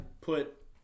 put